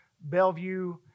Bellevue